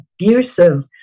abusive